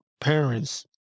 parents